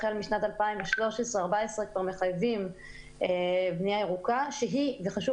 החל משנה 2013,2014 מחייבים בנייה ירוקה שהיא וחשוב